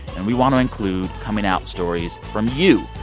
and we want to include coming out stories from you.